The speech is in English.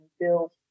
build